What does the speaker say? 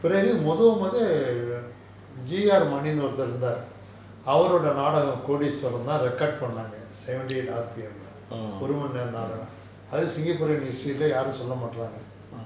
பிறகு மொதமொத:piragu motha motha J_R mani ன்டு ஒருத்தர் இருந்தாரு அவரோட நாடகம்:ndu oruthar iruntharu avaroda naadagam kodeesvaran தான்:than record பண்ணாங்க:pannanga seventy eight R_P_M leh ஒரு மணி நேர நாடகம் அது:oru mani nera naadagam athu singapore history leh யாரும் சொல்ல மாட்ராங்க:yarum solla matraanga